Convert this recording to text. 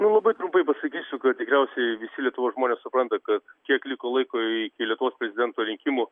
labai trumpai pasakysiu kad tikriausiai visi lietuvos žmonės supranta kad kiek liko laiko iki lietuvos prezidento rinkimų